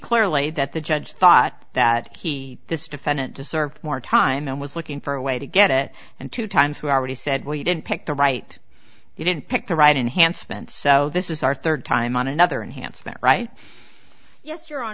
clearly that the judge thought that he this defendant deserved more time and was looking for a way to get it and two times who are already said well you didn't pick the right you didn't pick the right enhanced spent so this is our third time on another and handsome right yes your hon